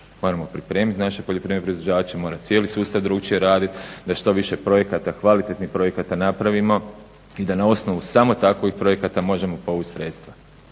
Moramo pripremiti naše poljoprivredne proizvođače, mora cijeli sustav drukčije radit, da što više projekata, kvalitetnih projekata napravimo i da na osnovu samo takvih projekata možemo povući sredstva.